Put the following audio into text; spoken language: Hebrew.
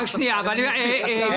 חבר הכנסת אמסלם, אני אסביר הכול.